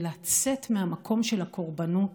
לצאת מהמקום של הקורבנות